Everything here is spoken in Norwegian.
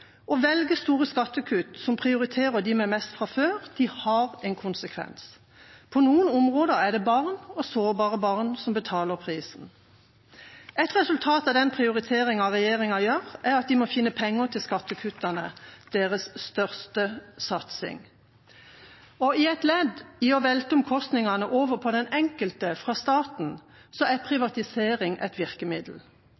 Å velge store skattekutt som prioriterer dem med mest fra før, har en konsekvens. På noen områder er det barn og sårbare barn som betaler prisen. Ett resultat av den prioriteringen regjeringa gjør, er at de må finne penger til skattekuttene – deres største satsing. Og som et ledd i å velte omkostningene fra staten og over på den enkelte